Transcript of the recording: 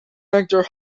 actor